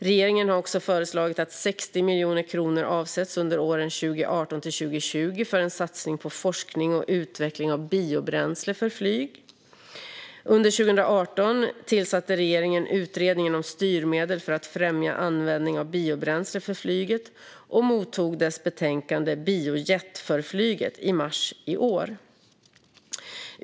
Regeringen har också föreslagit att 60 miljoner kronor avsätts under åren 2018-2020 för en satsning på forskning och utveckling av biobränsle för flyg. Under 2018 tillsatte regeringen Utredningen om styrmedel för att främja användning av biobränsle för flyget. Regeringen mottog dess betänkande Biojet för flyget i mars i år.